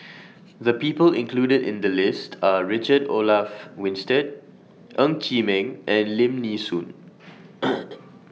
The People included in The list Are Richard Olaf Winstedt Ng Chee Meng and Lim Nee Soon